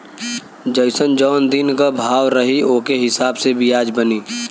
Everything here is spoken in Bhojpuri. जइसन जौन दिन क भाव रही ओके हिसाब से बियाज बनी